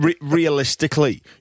Realistically